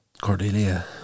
Cordelia